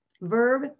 Verb